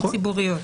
שהן ציבוריות.